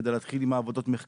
כדי להתחיל עם עבודות המחקר,